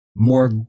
more